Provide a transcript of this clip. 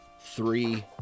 Three